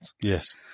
yes